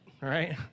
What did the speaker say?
right